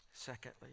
Secondly